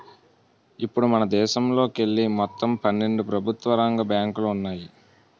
ఇప్పుడు మనదేశంలోకెళ్ళి మొత్తం పన్నెండు ప్రభుత్వ రంగ బ్యాంకులు ఉన్నాయి